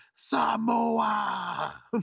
Samoa